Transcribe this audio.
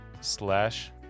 slash